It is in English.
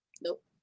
Nope